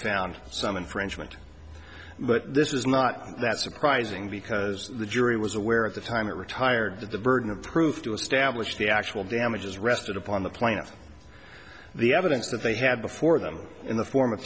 found some infringement but this is not that surprising because the jury was aware of the time it retired that the burden of proof to establish the actual damages rested upon the plaintiff the evidence that they had before them in the form of